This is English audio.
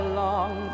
long